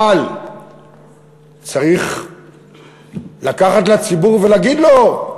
אבל צריך ללכת לציבור ולהגיד לו: